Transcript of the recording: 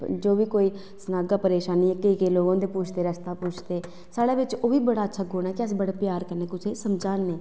जो बी कोई सनागा परेशानी केईं केईं लोग होंदे रस्ता पुच्छदे ते ओह्बी बड़ा प्यार कन्नै सनाना कि अस कुसै गी बड़े प्यार कन्नै समझाने